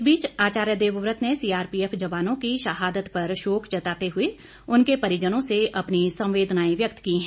इस बीच आचार्य देवव्रत ने सीआरपीएफ जवानों की शहादत पर शोक जताते हुए उनके परिजनों से अपनी संवेदनाएं व्यक्त की हैं